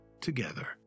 together